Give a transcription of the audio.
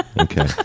Okay